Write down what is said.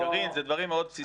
קארין, זה דברים מאוד בסיסיים.